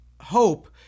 hope